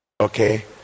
okay